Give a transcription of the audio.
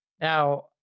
Now